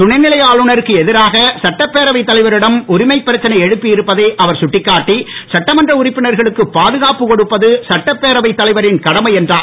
துணைநிலை ஆளுநருக்கு எதிராக சட்டப்பேரவைத் தலைவரிடம் உரிமைப் பிரச்னை எழுப்பி இருப்பதை அவர் சுட்டிக்காட்டி சட்டமன்ற உறுப்பினர்களுக்க பாதுகாப்பு கொடுப்பது சட்டப்பேரவைத் தலைவரின் கடமை என்றார்